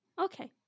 Okay